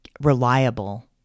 reliable